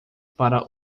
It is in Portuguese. para